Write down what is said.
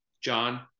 john